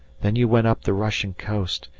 then you went up the russian coast,